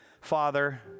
Father